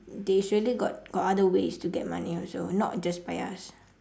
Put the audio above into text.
they surely got got other ways to get money also not just by us